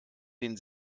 den